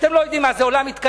אתם לא יודעים מה זה עולם מתקדם.